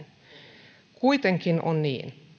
mennään taaksepäin kuitenkin on niin